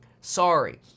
Sorry